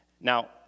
now